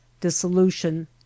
dissolution